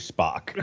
Spock